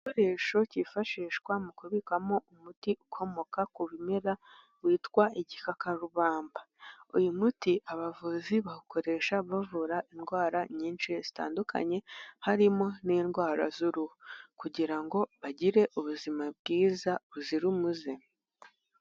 Igikoresho cyifashishwa mu kubikamo umuti ukomoka ku bimera witwa igikakarubamba. Uyu muti abavuzi bawukoresha bavura indwara nyinshi zitandukanye, harimo n'indwara z'uruhu, kugira ngo bagire ubuzima bwiza buzira umuze.